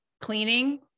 cleaning